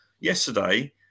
Yesterday